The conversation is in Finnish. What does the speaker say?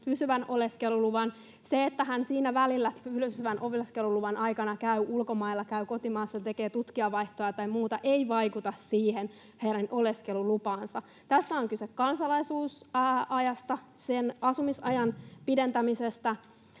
Se, että hän siinä välillä, pysyvän oleskeluluvan aikana, käy ulkomailla, käy kotimaassa, tekee tutkijavaihtoa tai muuta, ei vaikuta siihen hänen oleskelulupaansa. Tässä on kyse kansalaisuusajasta, sen asumisajan pidentämisestä,